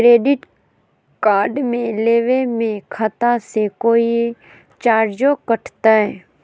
Credit card लेवे में खाता से कोई चार्जो कटतई?